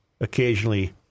occasionally